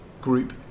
group